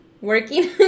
working